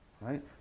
Right